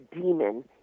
Demon